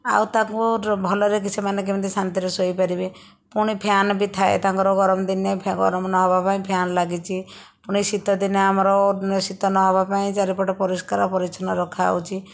ଆଉ ତାକୁ ଭଲରେ କି ସେମାନେ କେମିତି ଶାନ୍ତିରେ ଶୋଇପାରିବେ ପୁଣି ଫ୍ୟାନ୍ ବି ଥାଏ ତାଙ୍କର ଗରମ ଦିନେ ଗରମ ନ ହେବା ପାଇଁ ଫ୍ୟାନ୍ ଲାଗିଛି ପୁଣି ଶୀତଦିନେ ଆମର ଶୀତ ନ ହେବା ପାଇଁ ଚାରିପଟ ପରିଷ୍କାର ପରିଚ୍ଛନ୍ନ ରଖାହେଉଛି